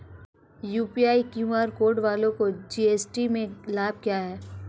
UPI QR code वालों को GST में लाभ क्या है?